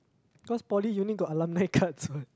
cause poly uni got alumni cards what